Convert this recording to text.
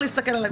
תתקדם.